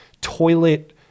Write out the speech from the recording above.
toilet